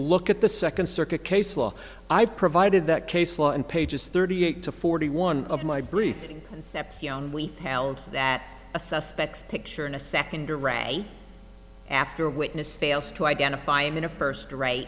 look at the second circuit case law i've provided that case law and pages thirty eight to forty one of my briefing and steps young we held that a suspect picture in a second or a after witness fails to identify him in a first r